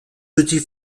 petit